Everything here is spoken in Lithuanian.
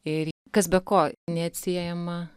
ir kas be ko neatsiejama